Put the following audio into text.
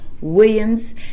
Williams